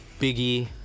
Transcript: biggie